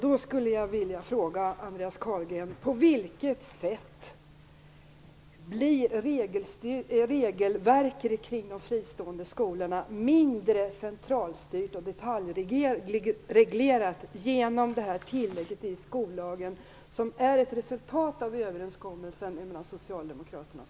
Då skulle jag vilja fråga Andreas Carlgren: På vilket sätt blir regelverket kring de fristående skolorna mindre centralstyrt och detaljreglerat genom det här tillägget i skollagen, som är ett resultat av överenskommelsen mellan Socialdemokraterna och